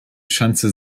schanze